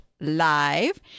live